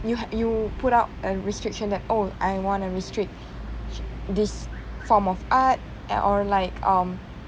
you you put out a restriction that oh I want to restrict this form of art or like um